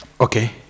Okay